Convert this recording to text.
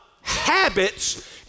habits